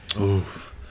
Oof